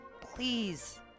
Please